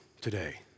today